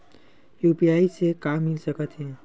UPI से का मिल सकत हे?